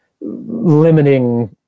limiting